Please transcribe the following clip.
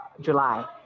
July